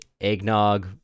eggnog